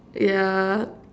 yeah